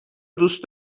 دوست